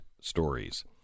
stories